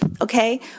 okay